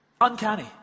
Uncanny